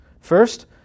First